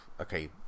okay